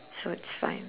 so it's fine